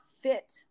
fit